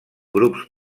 grups